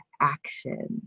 action